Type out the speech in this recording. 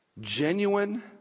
genuine